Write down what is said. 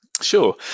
Sure